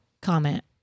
comment